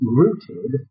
rooted